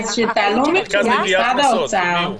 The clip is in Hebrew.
אז תעלו את נציג משרד האוצר,